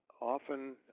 Often